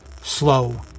slow